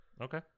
Okay